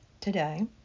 today